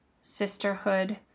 sisterhood